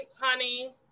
Honey